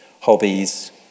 hobbies